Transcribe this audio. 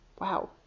wow